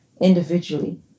individually